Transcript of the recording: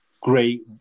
great